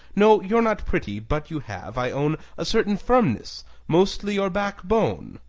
no, you're not pretty, but you have, i own, a certain firmness mostly you're backbone.